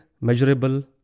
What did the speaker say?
measurable